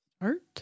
Art